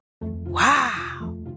Wow